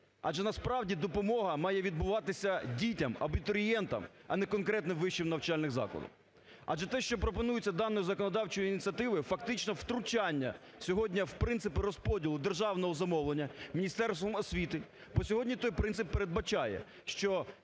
Адже насправді допомога має відбуватися дітям абітурієнтам, а не конкретним вищим навчальним закладам. Адже те, що пропонується даною законодавчою ініціативою фактично втручання сьогодні в принципи розподілу державного замовлення Міністерством освіти, бо сьогодні той принцип передбачає, що